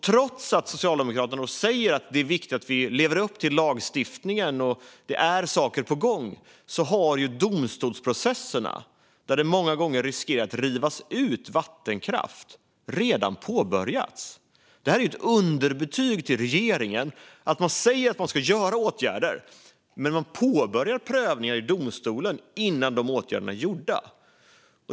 Trots att Socialdemokraterna säger att det är viktigt att vi lever upp till lagstiftningen och att det är saker på gång har ju domstolsprocesserna, som många gånger riskerar att driva ut vattenkraft, redan påbörjats. Det är ett underbetyg till regeringen att man säger att man ska vidta åtgärder men påbörjar prövningar i domstolen innan åtgärderna är vidtagna.